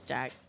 Jack